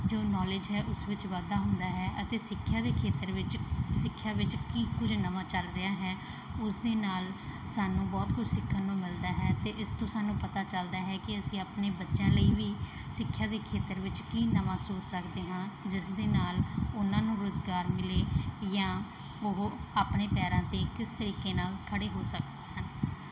ਜੋ ਨੋਲੇਜ ਹੈ ਉਸ ਵਿੱਚ ਵਾਧਾ ਹੁੰਦਾ ਹੈ ਅਤੇ ਸਿੱਖਿਆ ਦੇ ਖੇਤਰ ਵਿੱਚ ਸਿੱਖਿਆ ਵਿੱਚ ਕੀ ਕੁਝ ਨਵਾਂ ਚੱਲ ਰਿਹਾ ਹੈ ਉਸ ਦੇ ਨਾਲ ਸਾਨੂੰ ਬਹੁਤ ਕੁਝ ਸਿੱਖਣ ਨੂੰ ਮਿਲਦਾ ਹੈ ਅਤੇ ਇਸ ਤੋਂ ਸਾਨੂੰ ਪਤਾ ਚੱਲਦਾ ਹੈ ਕਿ ਅਸੀਂ ਆਪਣੇ ਬੱਚਿਆਂ ਲਈ ਵੀ ਸਿੱਖਿਆ ਦੇ ਖੇਤਰ ਵਿੱਚ ਕੀ ਨਵਾਂ ਸੋਚ ਸਕਦੇ ਹਾਂ ਜਿਸ ਦੇ ਨਾਲ ਉਹਨਾਂ ਨੂੰ ਰੁਜ਼ਗਾਰ ਮਿਲੇ ਜਾਂ ਉਹ ਆਪਣੇ ਪੈਰਾਂ 'ਤੇ ਕਿਸ ਤਰੀਕੇ ਨਾਲ ਖੜ੍ਹੇ ਹੋ ਸਕਦੇ ਹਨ